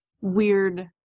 weird